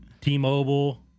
T-Mobile